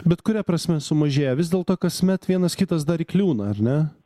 bet kuria prasme sumažėja vis dėlto kasmet vienas kitas dar įkliūna ar ne